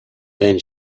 then